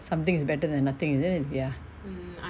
ya something is better than nothing is it ya